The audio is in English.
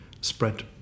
spread